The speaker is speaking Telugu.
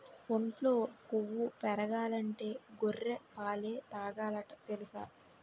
ఒంట్లో కొవ్వు పెరగాలంటే గొర్రె పాలే తాగాలట తెలుసా?